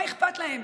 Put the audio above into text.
מה אכפת להם?